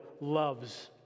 loves